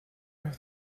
have